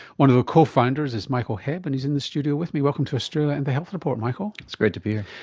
one of the cofounders is michael hebb, and he's in the studio with me. welcome to australia and the health report michael. it's great to be here.